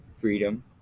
freedom